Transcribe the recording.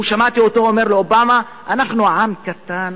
שמעתי אותו אומר לאובמה: אנחנו עם קטן,